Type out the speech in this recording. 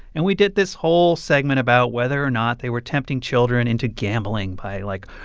and we did this whole segment about whether or not they were tempting children into gambling by, like,